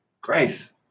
grace